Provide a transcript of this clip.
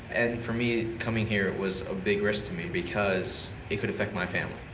and for me, coming here was a big risk to me, because it could affect my family.